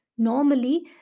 Normally